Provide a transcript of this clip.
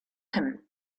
him